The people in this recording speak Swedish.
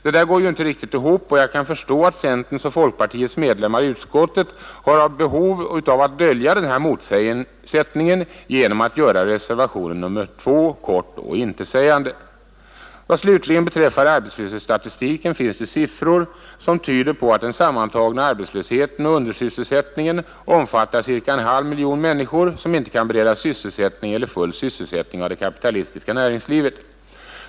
Det där går ju inte riktigt ihop, och jag kan förstå att centerns och folkpartiets medlemmar i utskottet har behov av att dölja motsättningen genom att göra reservationen 2 kort och intetsägande. Vad slutligen beträffar arbetslöshetsstatistiken finns det siffror som tyder på att den sammantagna arbetslösheten och undersysselsättningen omfattar cirka en halv miljon människor, som inte kan beredas sysselsättning eller full syssselsättning av det kapitalistiska näringslivet.